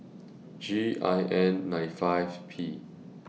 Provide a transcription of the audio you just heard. G I N nine five P